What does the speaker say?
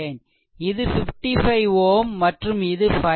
இது 55 Ω மற்றும் இது 5 Ω